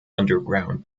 underground